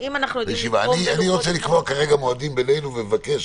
אני רוצה לקבוע מועדים בינינו ולבקש